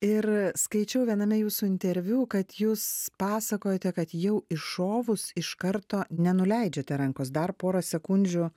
ir skaičiau viename jūsų interviu kad jūs pasakojote kad jau iššovus iš karto nenuleidžiate rankos dar porą sekundžių